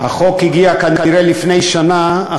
החוק הגיע כנראה לפני שנה,